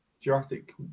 Jurassic